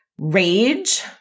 rage